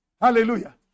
Hallelujah